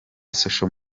social